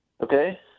Okay